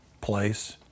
place